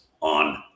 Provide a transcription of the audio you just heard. on